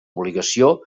obligació